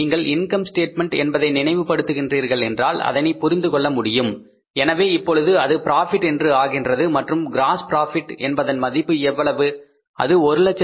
நீங்கள் income statement என்பதை நினைவுபடுத்த்துகின்றீர்கள் என்றால் அதனை புரிந்து கொள்ள முடியும் எனவே இப்பொழுது அது ப்ராபிட் என்று ஆகின்றது மற்றும் கிராஸ் ப்ராபிட் என்பதன் மதிப்பு எவ்வளவு அது 121000